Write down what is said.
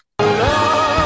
love